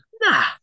Nah